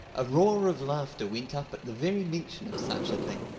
a roar of laughter went up at the very mention of such a thing.